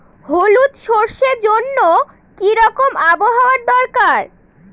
হলুদ সরষে জন্য কি রকম আবহাওয়ার দরকার?